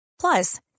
Plus